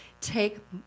take